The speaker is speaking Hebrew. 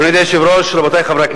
והיום בא בוועדה ומערער שר הביטחון על